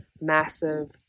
massive